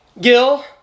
Gil